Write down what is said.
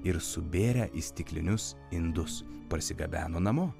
ir subėrę į stiklinius indus parsigabeno namo